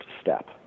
step